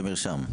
ב"מרשם".